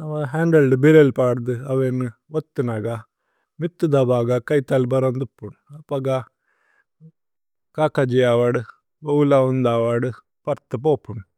നമ ഹന്ദ്ലേദ് ബിരേല് പദു അവേനുഏ। വോത്തുനഗ മിഥു ദ ബഗ കൈഥല് ബരന്ദ്। പ്പുനു അപഗ കകജി അവദു। ഗോവുല ഉന്ദവദു പര്ഥ പോപ്പുനു।